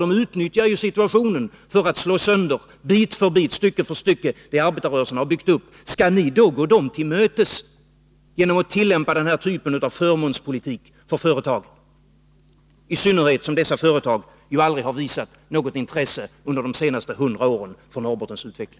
De utnyttjar situationen för att — bit för bit och stycke för stycke — slå sönder vad arbetarrörelsen har byggt upp. Skall ni gå dem till mötes genom att tillämpa den här typen av förmånspolitik för företagen? Jag ställer frågan i synnerhet som dessa företag under de senaste hundra åren aldrig har visat något intresse för Norrbottens utveckling.